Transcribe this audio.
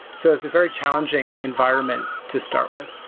so it's a very challenging environment to start with.